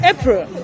April